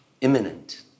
imminent